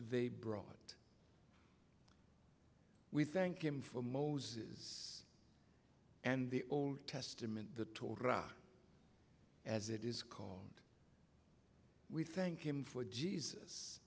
they brought we thank him for moses and the old testament the torah as it is called and we thank him for jesus